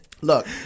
look